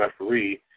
referee